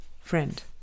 Friend